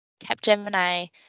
Capgemini